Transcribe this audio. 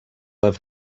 have